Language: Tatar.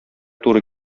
туры